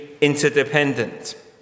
Interdependent